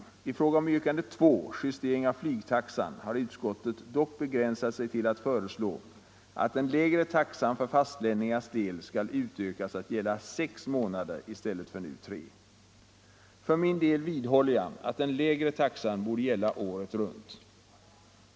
I fråga om yrkandet nr 2, justering av flygtaxan, har utskottet dock begränsat sig till att föreslå att den lägre taxan för fastlänningars del skall utökas att gälla sex månader i stället för nu tre. För min del vidhåller jag att den lägre taxan borde gälla året runt.